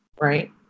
right